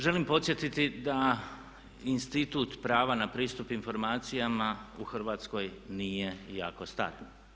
Želim podsjetiti da institut prava na pristup informacijama u Hrvatskoj nije jako star.